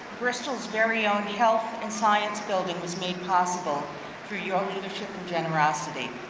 bristol's very own health and science building was made possible through your leadership and generosity.